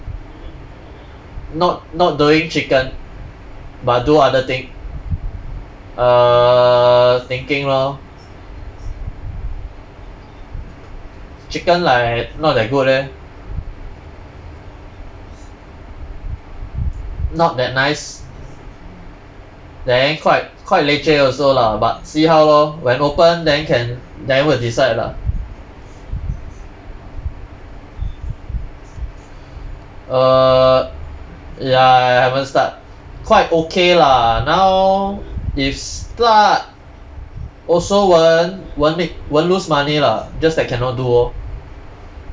not not doing chicken but do other thing err thinking lor chicken like not that good eh not that nice then quite quite leceh also lah but see how lor when open then can then will decide lah err ya I haven't start quite okay lah now is also won't won't make won't lose money lah just that cannot do orh